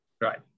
right